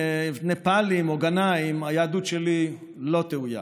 נפאלים או גנאים היהדות שלי לא תאוים.